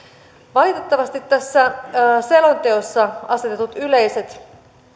valitettavasti tässä selonteossa asetetut yleiset